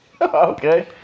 Okay